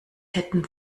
hätten